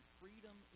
freedom